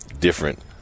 different